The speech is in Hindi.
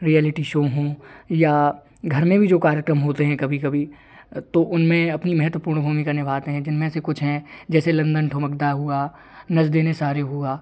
रियलिटी शो हों या घर में भी जो कार्यक्रम होते हैं कभी कभी तो उनमें अपनी महत्वपूर्ण भूमिका निभाते हैं जिनमें से कुछ हैं जैसे लंदन ठुमकता हुआ नच देने सारे हुआ